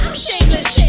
shameless!